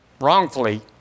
wrongfully